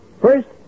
First